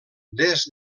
des